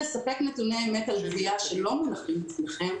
לספק נתוני אמת על גבייה שלא מונחים אצלכם.